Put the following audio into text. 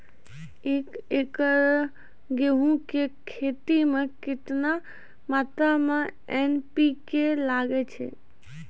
एक एकरऽ गेहूँ के खेती मे केतना मात्रा मे एन.पी.के लगे छै?